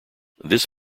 this